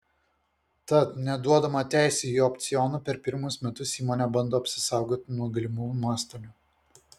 tad neduodama teisių į opcioną per pirmus metus įmonė bando apsisaugoti nuo galimų nuostolių